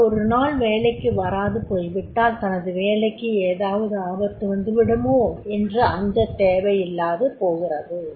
தான் ஒரு நாள் வேலைக்கு வராது போய்விட்டால் தனது வேலைக்கு ஏதாவது ஆபத்து வந்துவிடுமோ என்று அஞ்சத் தேவையில்லாது போகிறது